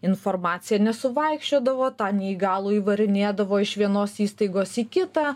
informacija nesuvaikščiodavo tą neįgalųjį varinėdavo iš vienos įstaigos į kitą